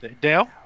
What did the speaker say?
Dale